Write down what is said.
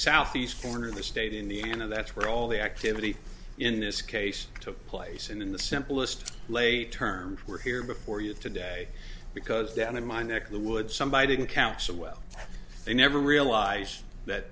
southeast corner of the state in the end of that's where all the activity in this case took place in the simplest late terms were here before you today because down in my neck the woods somebody didn't count so well they never realize that